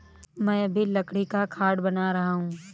मैं अभी लकड़ी का खाट बना रहा हूं